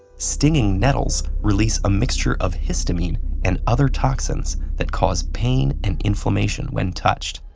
stinging nettles release a mixture of histamine and other toxins that cause pain and inflammation when touched.